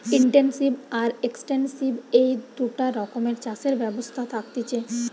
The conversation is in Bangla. ইনটেনসিভ আর এক্সটেন্সিভ এই দুটা রকমের চাষের ব্যবস্থা থাকতিছে